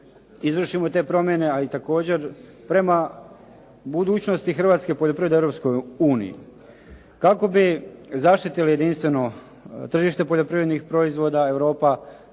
izvršimo te promjene a i također prema budućnosti hrvatske poljoprivrede u Europskoj uniji. Kako bi zaštitili jedinstveno tržište poljoprivrednih proizvoda Europa